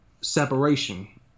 separation